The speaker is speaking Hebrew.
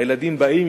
הילדים באים,